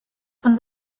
von